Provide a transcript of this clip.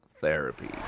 therapy